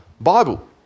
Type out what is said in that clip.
Bible